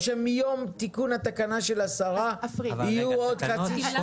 או שמיום תיקון התקנה של השרה יהיו עוד --- יכול